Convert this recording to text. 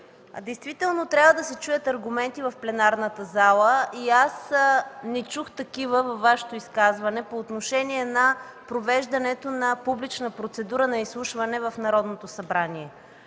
действително трябва да се чуят аргументи в пленарната зала. Аз не чух такива във Вашето изказване по отношение провеждането на публична процедура на изслушване в Народното събрание.